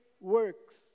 works